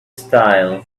style